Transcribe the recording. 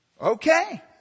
Okay